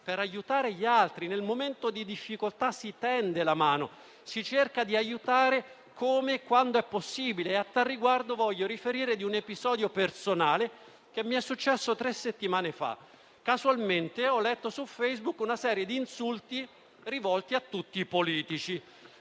per aiutare gli altri. Nel momento di difficoltà si tende la mano, si cerca di aiutare come e quando è possibile. A tal riguardo voglio riferire di un episodio personale che mi è successo tre settimane fa. Casualmente ho letto su Facebook una serie di insulti rivolti a tutti i politici.